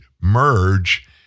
merge